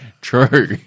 True